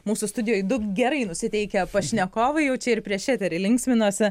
mūsų studijoj du gerai nusiteikę pašnekovai jau čia ir prieš eterį linksminosi